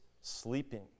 sleeping